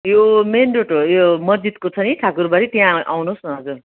यो main road हो यो मस्जिदको छ नि ठाकुरबाडी त्यहाँ आउनुहोस् न हजुर